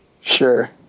Sure